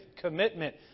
Commitment